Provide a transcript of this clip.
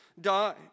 die